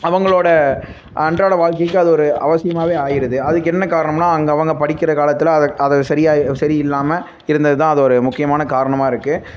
அவங்களோட அன்றாட வாழ்க்கைக்கு அது ஒரு அவசியமாகவே ஆயிடுது அதுக்கு என்ன காரணம்னால் அங்க அவங்க படிக்கிற காலத்தில் அதை அதை சரியா சரியில்லாமல் இருந்தது தான் அது ஒரு முக்கியமான காரணமாக இருக்குது